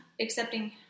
accepting